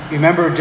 remember